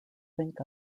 think